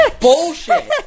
Bullshit